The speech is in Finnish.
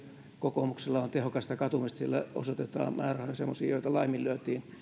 kokoomuksella on tehokasta katumista siellä osoitetaan määräraha semmoisiin joita laiminlyötiin